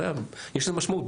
יש לזה משמעות.